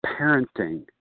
Parenting